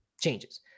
changes